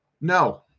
No